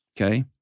Okay